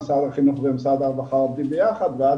משרד החינוך ומשרד הרווחה עובדים ביחד ואז